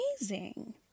amazing